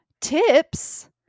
tips